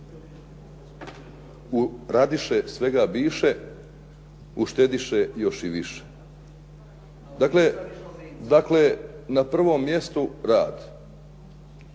radiše svega biše, u štediše još i više." Dakle, na prvom mjestu rad.